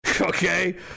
okay